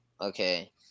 Okay